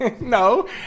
No